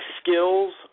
skills